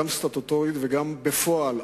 גם סטטוטורית וגם בפועל,